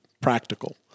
practical